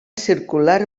circular